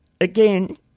again